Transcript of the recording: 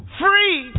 free